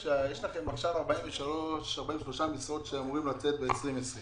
יש 228 נשים ו-225 גברים.